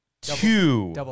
two